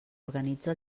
organitza